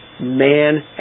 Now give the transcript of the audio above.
Man